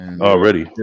already